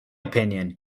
opinion